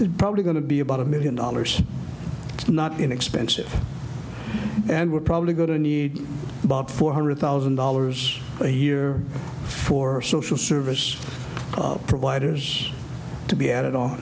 is probably going to be about a million dollars it's not inexpensive and we're probably going to need about four hundred thousand dollars a year for social service providers to be a